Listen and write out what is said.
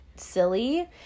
silly